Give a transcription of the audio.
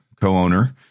co-owner